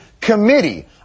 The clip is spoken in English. Committee